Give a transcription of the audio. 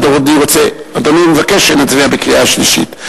האם אדוני מבקש שנצביע בקריאה שלישית?